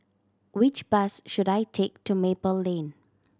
which bus should I take to Maple Lane